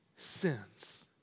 Sins